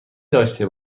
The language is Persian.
داشته